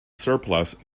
surplus